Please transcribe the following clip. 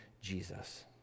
Jesus